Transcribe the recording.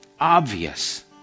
obvious